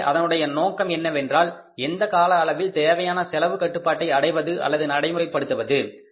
எனவே அதனுடைய நோக்கம் என்னவென்றால் எந்த கால அளவில் தேவையான செலவு கட்டுப்பாட்டை அடைவது அல்லது நடைமுறைப்படுத்துவது